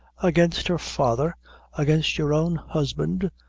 against her father against your own husband!